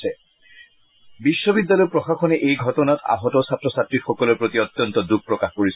ইপিনে বিশ্ববিদ্যালয় প্ৰশাসনে এই ঘটনাত আহত ছাত্ৰ ছাত্ৰীসকলৰ প্ৰতি অত্যন্ত দুখ প্ৰকাশ কৰিছে